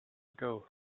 ago